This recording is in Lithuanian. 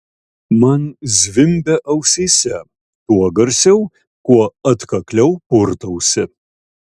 man zvimbia ausyse tuo garsiau kuo atkakliau purtausi